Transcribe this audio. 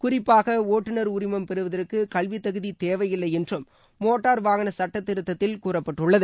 குறிப்பாக ஓட்டுநர் உரிமம் பெறுவதற்கு கல்வித் தகுதி தேவையில்லை என்றும் மோட்டார் வாகன சுட்டத்திருத்தத்தில் கூறப்பட்டுள்ளது